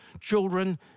Children